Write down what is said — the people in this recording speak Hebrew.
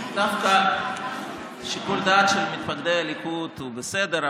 דווקא שיקול הדעת של מתפקדי הליכוד הוא בסדר,